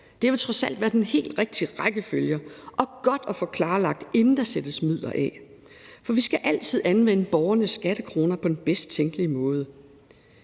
Det vil trods alt være den helt rigtige rækkefølge og godt at få klarlagt, inden der sættes midler af, for vi skal altid anvende borgernes skattekroner på den bedst tænkelige måde.